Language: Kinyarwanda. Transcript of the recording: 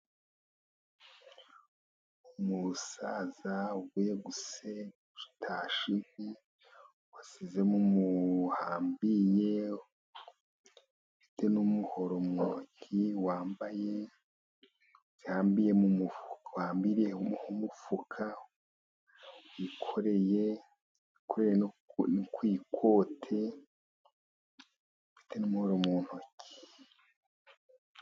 Umusaza uvuye gutashya inkwi wasize mu muhambiye ufite n'umuhoro mu ntoki, wambaye wahambiriye mu mufuka wikoreye ku ikote ufite n'umuhoro mu ntoki.